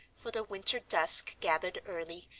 for the winter dusk gathered early,